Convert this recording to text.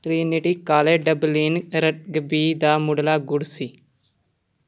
Trinity College Dublin rugby ਦਾ ਮੁੱਢਲਾ ਗੁੜ੍ਹ ਸੀ